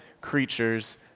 creatures